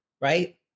right